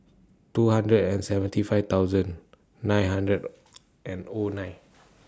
two hundred and seventy five thousand nine hundred and O nine